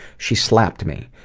she slapped me.